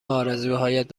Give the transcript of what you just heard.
آرزوهایت